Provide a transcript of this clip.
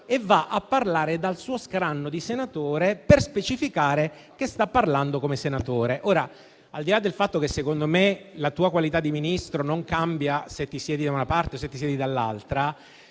e va a parlare dal suo scranno di senatore per specificare che sta parlando come senatore. Al di là del fatto che secondo me la qualità di Ministro non cambia se ci si siede da una parte o dall'altra,